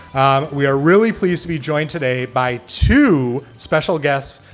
um we are really pleased to be joined today by two special guests,